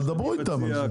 אבל דברו איתם על זה.